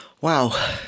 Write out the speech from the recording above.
Wow